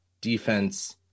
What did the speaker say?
defense